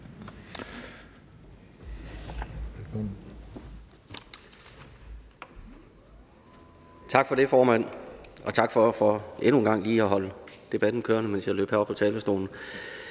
Tak for det, formand, og tak for endnu en gang lige at holde debatten kørende, mens jeg løb herop på talerstolen.